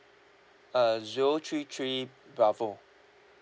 uh zero three three bravo